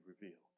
revealed